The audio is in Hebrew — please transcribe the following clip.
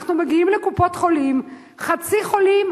אנחנו מגיעים לקופות-החולים חצי חולים,